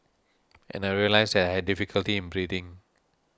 and I realised that I had difficulty in breathing